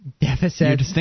deficit